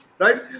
Right